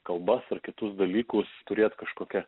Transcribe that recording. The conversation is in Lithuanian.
kalbas ir kitus dalykus turėt kažkokia